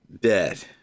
dead